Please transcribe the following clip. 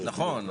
נכון.